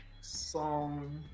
song